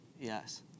Yes